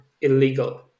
illegal